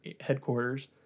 headquarters